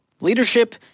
Leadership